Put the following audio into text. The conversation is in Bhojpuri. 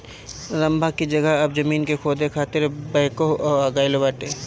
रम्भा की जगह अब जमीन के खोदे खातिर बैकहो आ गईल बाटे